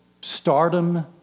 stardom